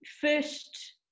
first